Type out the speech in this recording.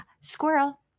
squirrel